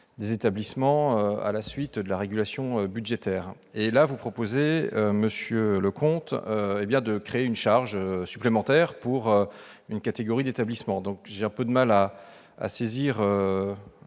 des établissements à la suite de la régulation budgétaire, vous proposez, monsieur Leconte, de créer une charge supplémentaire pour une catégorie d'établissements. J'ai un peu de mal à saisir